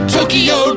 Tokyo